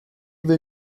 will